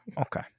Okay